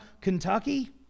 Kentucky